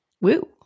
Woo